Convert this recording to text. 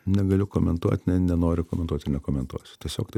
negaliu komentuot ne nenoriu komentuot ir nekomentuosiu tiesiog tai